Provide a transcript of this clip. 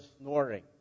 snoring